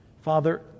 Father